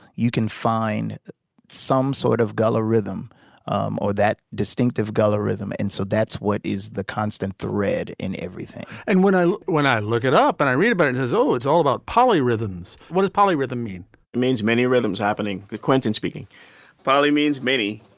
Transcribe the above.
you can find some sort of gullah rhythm um or that distinctive gullah rhythm. and so that's what is the constant thread in everything and when i when i look it up and i read about it has all it's all about polyrhythms. what is polyrhythm mean? it means many rhythms happening. the quenton speaking folley means many.